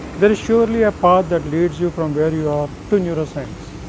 there is surely a path that leads you from where you are to neuroscience.